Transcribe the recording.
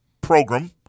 program